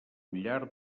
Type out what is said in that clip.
llar